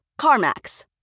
CarMax